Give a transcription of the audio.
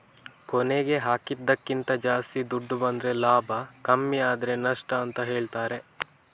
ಕೊನೆಗೆ ಹಾಕಿದ್ದಕ್ಕಿಂತ ಜಾಸ್ತಿ ದುಡ್ಡು ಬಂದ್ರೆ ಲಾಭ ಕಮ್ಮಿ ಆದ್ರೆ ನಷ್ಟ ಅಂತ ಹೇಳ್ತಾರೆ